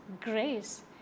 grace